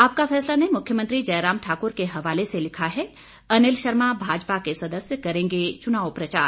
आपका फैसला ने मुख्यमंत्री जयराम ठाकुर के हवाले से लिखा है अनिल शर्मा भाजपा के सदस्य करेंगे चुनाव प्रचार